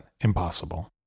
impossible